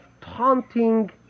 taunting